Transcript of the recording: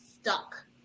stuck